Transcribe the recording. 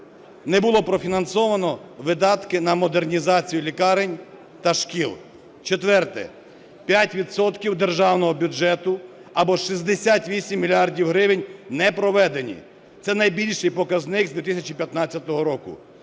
не було профінансовано видатки на модернізацію лікарень та шкіл. Четверте. 5 відсотків державного бюджету або 68 мільярдів гривень непроведені, це найбільший показник з 2015 року.